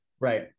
Right